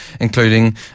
including